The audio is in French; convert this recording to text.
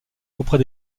auprès